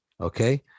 okay